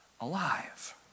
alive